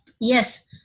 yes